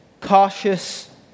cautious